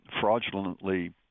fraudulently